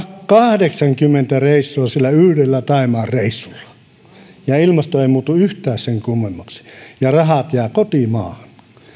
kahdeksankymmentä reissua sillä yhdellä thaimaan reissulla eikä ilmasto muutu yhtään sen kummemmaksi ja rahat jäävät kotimaahan